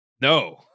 no